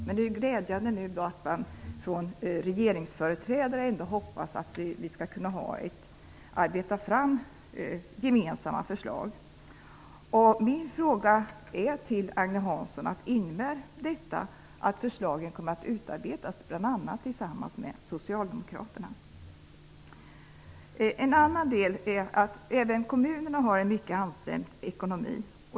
Men det är glädjande att regeringsföreträdare ändå hoppas att vi skall kunna arbeta fram gemensamma förslag. Min fråga till Agne Hansson är: Innebär detta att förslagen kommer att utarbetas tillsammans med bl.a. Socialdemokraterna? Även kommunerna har en mycket ansträngd ekonomi.